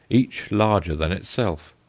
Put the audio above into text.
each larger than itself.